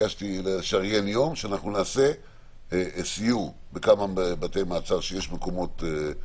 ביקשתי לשריין יום שאנחנו נעשה סיור בכמה בתי מעצר שיש אולמות.